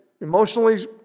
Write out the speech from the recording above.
emotionally